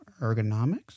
ergonomics